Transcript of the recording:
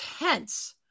intense